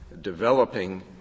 developing